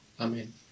Amen